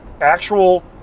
actual